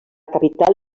capital